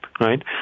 right